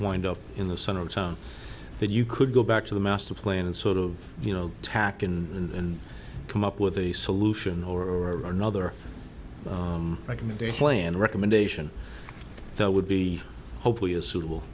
wind up in the center of town that you could go back to the master plan and sort of you know tack in and come up with a solution or another recommendation land recommendation there would be hopefully a suitable